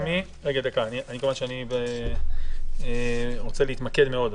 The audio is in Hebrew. אני רוצה להתמקד מאוד.